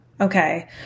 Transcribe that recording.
okay